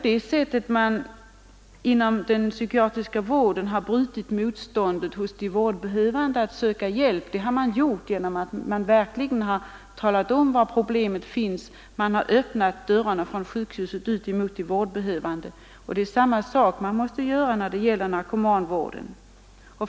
Att man kunnat bryta motståndet hos de psykiatriskt vårdbehövande mot att söka hjälp beror på att man verkligen talat om var problemet finns. Man har öppnat dörrarna på sjukhuset ut mot de psykiatriskt vårdbehövande, och man måste göra samma sak när det gäller narkomanvården.